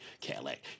Cadillac